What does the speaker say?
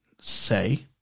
say